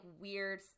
weird